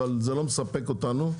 אבל זה לא מספק אותנו.